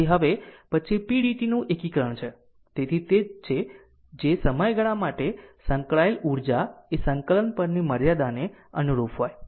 તેથી હવે પછી pdt નું એકીકરણ છે તેથી તે તે જ છે જો સમયગાળા સાથે સંકળાયેલ ઉર્જા એ સંકલન પરની મર્યાદાને અનુરૂપ હોય